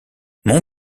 mon